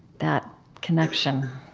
that connection?